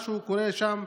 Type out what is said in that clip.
משהו קורה שם,